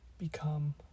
become